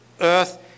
earth